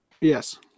Yes